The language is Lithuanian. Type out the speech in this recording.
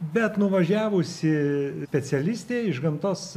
bet nuvažiavusi specialistė iš gamtos